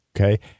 okay